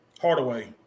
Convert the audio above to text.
Hardaway